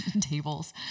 Tables